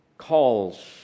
calls